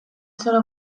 zoro